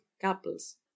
couples